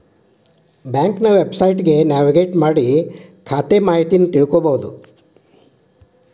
ಬ್ಯಾಂಕ್ನ ವೆಬ್ಸೈಟ್ಗಿ ನ್ಯಾವಿಗೇಟ್ ಮಾಡಿ ಖಾತೆ ಮಾಹಿತಿನಾ ತಿಳ್ಕೋಬೋದು